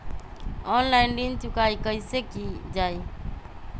Online ऋण चुकाई कईसे की ञाई?